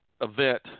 event